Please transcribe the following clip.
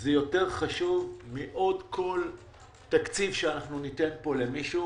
זה יותר חשוב מעוד כל תקציב שניתן פה למישהו,